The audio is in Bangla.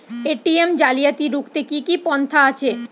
এ.টি.এম জালিয়াতি রুখতে কি কি পন্থা আছে?